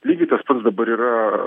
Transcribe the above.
lygiai tas pats dabar yra